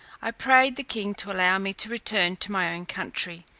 i prayed the king to allow me to return to my own country,